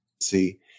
See